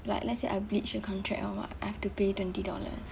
like let's say I breach the contract or what I have to pay twenty dollars